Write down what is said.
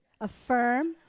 Affirm